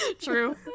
True